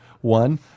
One—